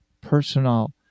personal